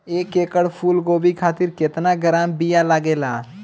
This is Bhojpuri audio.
एक एकड़ फूल गोभी खातिर केतना ग्राम बीया लागेला?